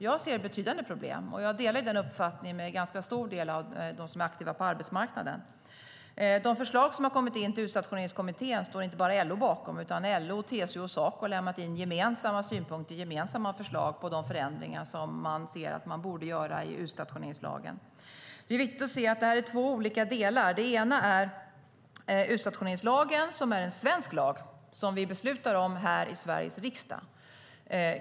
Jag ser betydande problem, och jag delar den uppfattningen med en ganska stor del av dem som är aktiva på arbetsmarknaden. Det är viktigt att se att detta är två olika delar. Utstationeringslagen är en svensk lag som vi beslutar om här i Sveriges riksdag.